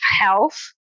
health